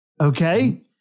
Okay